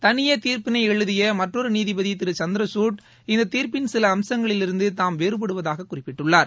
தனியே தீர்ப்பினை எழுதிய மற்றொரு நீதிபதி திரு சந்திரகுட் இந்த தீர்ப்பின் சில அம்சங்களிலிருந்து தாம் வேறுபடுவதாக குறிப்பிட்டுள்ளார்